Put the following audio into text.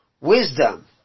wisdom